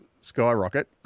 Skyrocket